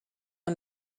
own